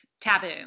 taboo